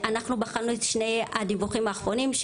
אנחנו בחנו את שני הדיווחים האחרונים,